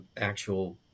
actual